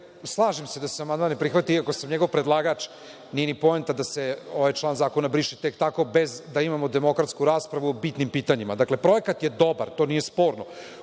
slažem se da se amandman ne prihvati, iako sam njegov predlagač. Nije ni poenta da se ovaj član zakona briše tek tako, bez da imamo demokratsku raspravu o bitnim pitanjima. Dakle, projekat je dobar, to nije sporno.